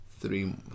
three